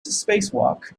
spacewalk